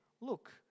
look